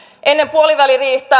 ennen puoliväliriihtä